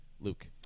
Luke